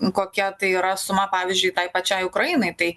kokia tai yra suma pavyzdžiui tai pačiai ukrainai tai